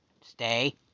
Stay